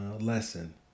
lesson